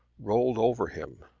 rolled over him,